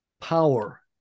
power